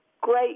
great